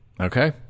Okay